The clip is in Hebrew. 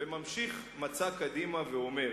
ממשיך מצע קדימה ואומר: